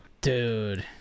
dude